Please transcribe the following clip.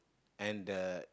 and the